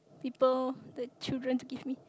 people the children give me